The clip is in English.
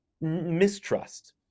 mistrust